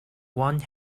one